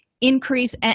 increase